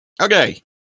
Okay